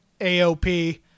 AOP